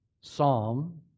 Psalm